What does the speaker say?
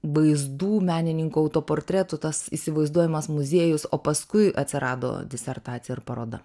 vaizdų menininkų autoportretų tas įsivaizduojamas muziejus o paskui atsirado disertacija ar paroda